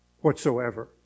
whatsoever